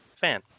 fan